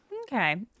Okay